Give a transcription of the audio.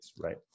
right